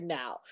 now